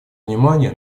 внимание